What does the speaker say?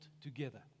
together